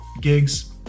gigs